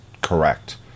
correct